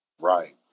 Right